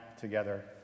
together